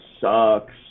sucks